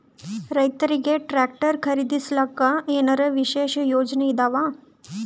ರೈತರಿಗೆ ಟ್ರಾಕ್ಟರ್ ಖರೀದಿಸಲಿಕ್ಕ ಏನರ ವಿಶೇಷ ಯೋಜನೆ ಇದಾವ?